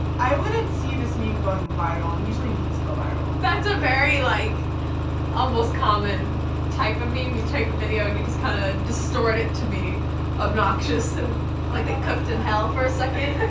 i wouldn't see this meme going viral, and usually memes go viral. that's a very like almost common type of meme. you take a video, and you just kinda distort it to be obnoxious and like it cooked in hell for a second.